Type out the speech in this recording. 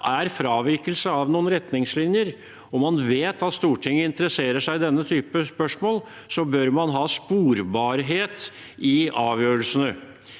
er fravikelse av retningslinjer og man vet at Stortinget interesserer seg i denne typen spørsmål, bør man ha sporbarhet i avgjørelsene.